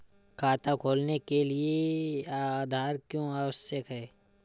खाता खोलने के लिए आधार क्यो आवश्यक है?